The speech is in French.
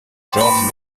georges